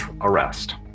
arrest